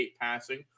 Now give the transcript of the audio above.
passing